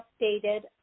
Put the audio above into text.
updated